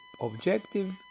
objective